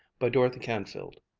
by dorothy canfield